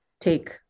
take